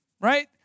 Right